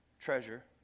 treasure